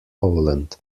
poland